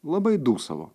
labai dūsavo